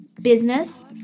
business